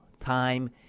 time